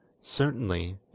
Certainly